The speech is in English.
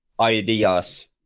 ideas